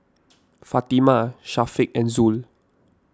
Fatimah Syafiq and Zul